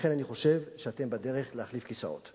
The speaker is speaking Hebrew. ולכן אני חושב שאתם בדרך להחליף כיסאות.